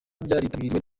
byaritabiriwe